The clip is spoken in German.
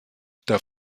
der